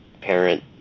parent